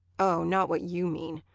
oh, not what you mean.